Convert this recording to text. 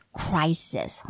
crisis